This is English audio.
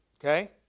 Okay